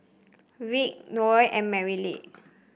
Rick Noel and Merritt